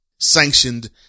sanctioned